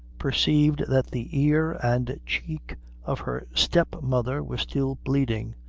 perceived that the ear and cheek of her step-mother were still bleeding.